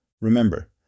Remember